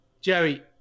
Jerry